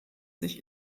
sich